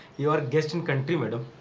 you are guest in country, madam.